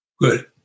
Good